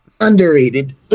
underrated